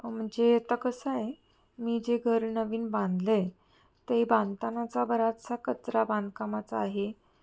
म्हणजे आता कसं आहे मी जे घर नवीन बांधलं आहे ते बांधतानाचा बराचसा कचरा बांधकामाचा आहे